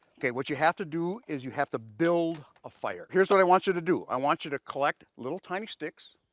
okay, what you have to do, is you have to build a fire. here's what i want you to do. i want you to collect little, tiny sticks.